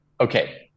okay